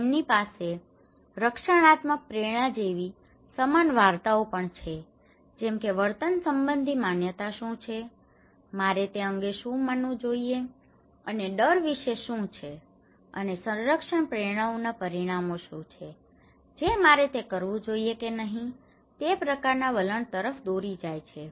તેમની પાસે રક્ષણાત્મક પ્રેરણા જેવી સમાન વાર્તાઓ પણ છે જેમ કે વર્તન સંબંધી માન્યતાઓ શું છે મારે તે અંગે શું માનવું જોઈએ અને ડર વિશે શું છે અને સંરક્ષણ પ્રેરણાઓના પરિણામો શું છે જે મારે તે કરવું જોઈએ કે નહીં તે પ્રકારના વલણ તરફ દોરી જાય છે